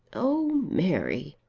oh, mary!